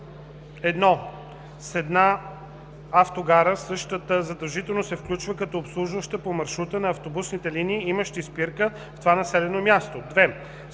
1. с една автогара, същата задължително се включва като обслужваща по маршрута на автобусните линии, имащи спирка в това населено място; 2. с повече